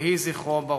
יהי זכרו ברוך.